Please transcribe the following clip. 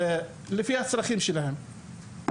לפי הצרכים שלהם.